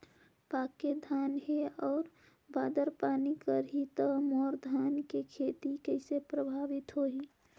पके धान हे अउ बादर पानी करही त मोर धान के खेती कइसे प्रभावित होही?